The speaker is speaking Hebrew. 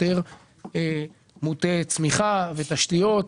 יותר מוטה צמיחה ותשתיות.